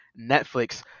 netflix